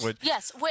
Yes